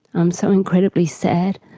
um so incredibly sad